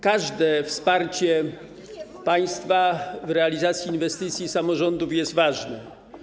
Każde wsparcie państwa w realizacji inwestycji samorządów jest ważne.